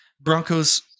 Broncos